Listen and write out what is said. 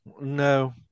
no